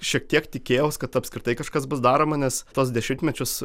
šiek tiek tikėjaus kad apskritai kažkas bus daroma nes tuos dešimtmečius